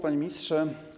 Panie Ministrze!